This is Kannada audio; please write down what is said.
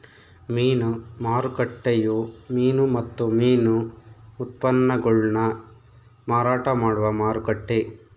ಮೀನು ಮಾರುಕಟ್ಟೆಯು ಮೀನು ಮತ್ತು ಮೀನು ಉತ್ಪನ್ನಗುಳ್ನ ಮಾರಾಟ ಮಾಡುವ ಮಾರುಕಟ್ಟೆ